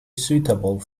suitable